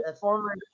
former